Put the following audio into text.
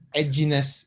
edginess